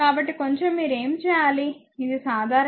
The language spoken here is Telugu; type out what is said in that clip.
కాబట్టి కొంచెం మీరు చేయాలి ఇది సాధారణ విషయం